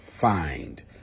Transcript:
find